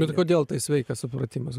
bet kodėl tai sveikas supratimas